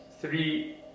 three